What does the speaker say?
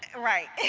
right.